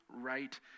right